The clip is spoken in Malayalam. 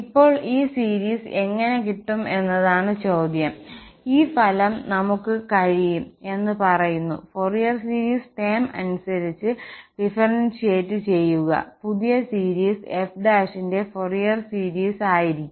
ഇപ്പോൾ ഈ സീരീസ് എങ്ങനെ കിട്ടും എന്നതാണ് ചോദ്യം ഈ ഫലം നമുക്ക് കഴിയും എന്ന് പറയുന്നു ഫൊറിയർ സീരീസ് ടേം അനുസരിച്ച് ഡിഫറന്സിയേറ്റ് ചെയ്യുക പുതിയ സീരീസ് f ന്റെ ഫൊറിയർ സീരീസ് ആയിരിക്കും